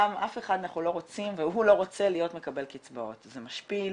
אנחנו לא רוצים והוא לא רוצה להיות מקבל קצבאות זה משפיל,